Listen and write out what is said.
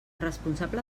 responsable